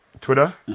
Twitter